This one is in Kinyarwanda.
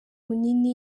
munini